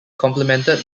complemented